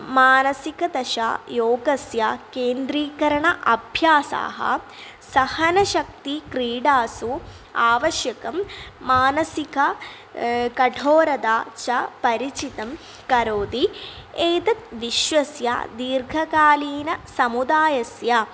मानसिकतया योगस्य केन्द्रीकरण अभ्यासाः सहनशक्तिक्रीडासु आवश्यकं मानसिक कठोरता च परिचितं करोदि एतत् विश्वस्य दीर्घकालीनसमुदायस्य